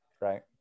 right